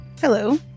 Hello